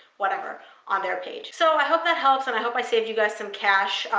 whatever on their page. so i hope that helps, and i hope i saved you guys some cash.